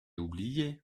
oublié